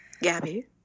Gabby